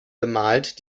bemalt